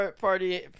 Party